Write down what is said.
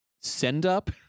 send-up